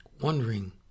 wondering